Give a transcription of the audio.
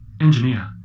Engineer